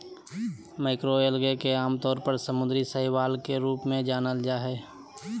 macroalgae के आमतौर पर समुद्री शैवाल के रूप में जानल जा हइ